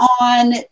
on